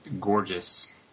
gorgeous